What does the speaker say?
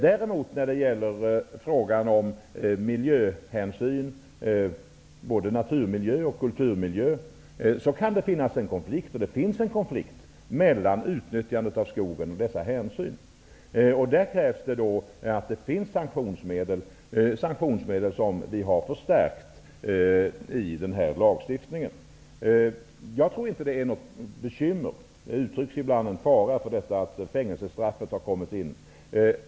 När det däremot gäller frågan om miljöhänsyn, både i naturmiljö och i kulturmiljö, kan det finnas och finns en konflikt mellan utnyttjandet av skogen och dessa hänsyn. Det krävs att det finns sanktionsmedel, och vi har alltså förstärkt dem i den här lagstiftningen. Jag tror inte att det är något bekymmer. Det uttrycks ibland som en fara att fängelsestraffet har kommit in.